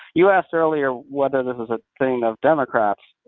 you asked earlier whether this is a thing of democrats,